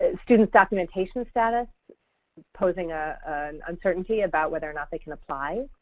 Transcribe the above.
and student documentation status posing ah an uncertainty about whether or not they can apply,